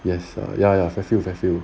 yes ya ya fairfield fairfield